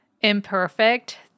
imperfect